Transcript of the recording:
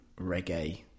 reggae